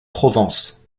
provence